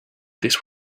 this